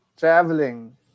traveling